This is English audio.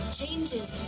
changes